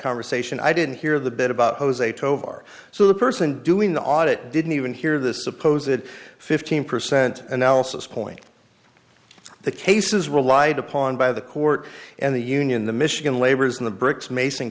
conversation i didn't hear the bit about jose tovar so the person doing the audit didn't even hear this suppose it fifteen percent analysis point the cases relied upon by the court and the union the michigan laborers in the bricks mason